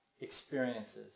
experiences